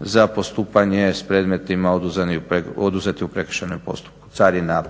za postupanje s predmetima oduzeti u prekršajnom postupku carina,